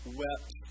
wept